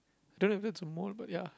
don't know if that's a mole but ya